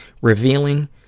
revealing